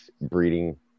breeding